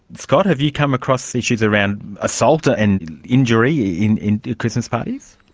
scott, have you come across issues around assault and injury in in christmas parties?